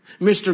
Mr